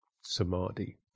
samadhi